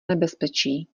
nebezpečí